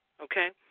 okay